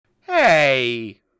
Hey